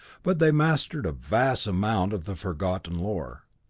but they mastered a vast amount of the forgotten lore.